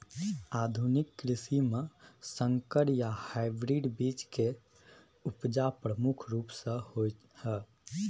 आधुनिक कृषि में संकर या हाइब्रिड बीज के उपजा प्रमुख रूप से होय हय